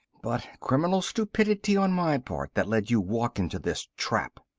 but criminal stupidity on my part that let you walk into this trap.